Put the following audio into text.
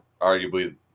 arguably